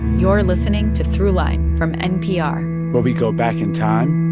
you're listening to throughline from npr where we go back in time